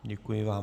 Děkuji vám.